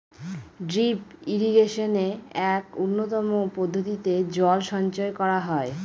drip ইরিগেশনে এক উন্নতম পদ্ধতিতে জল সঞ্চয় করা হয়